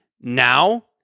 now